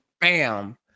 Bam